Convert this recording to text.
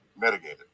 mitigated